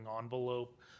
envelope